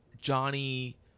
Johnny